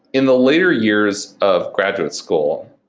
in the later years of graduate school,